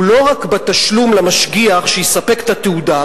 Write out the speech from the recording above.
הוא לא רק התשלום למשגיח שיספק את התעודה,